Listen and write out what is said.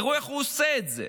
תראו איך הוא עושה את זה.